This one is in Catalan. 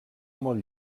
molt